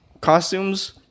costumes